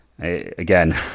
Again